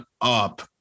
up